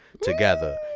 together